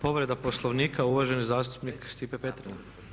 Povreda Poslovnika uvaženi zastupnik Stipe Petrina.